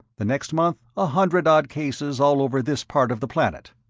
the next month a hundred-odd cases all over this part of the planet.